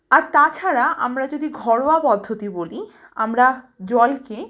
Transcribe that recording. আর তাছাড়া আমরা যদি ঘরোয়া পদ্ধতি বলি আমরা জলকে